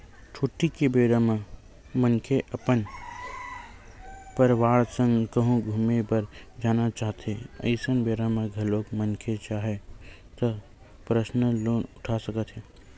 छुट्टी के बेरा म मनखे अपन परवार संग कहूँ घूमे बर जाना चाहथें अइसन बेरा म घलोक मनखे चाहय त परसनल लोन उठा सकत हे